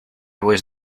was